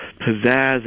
pizzazz